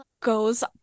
goes